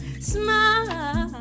smile